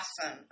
awesome